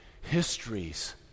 histories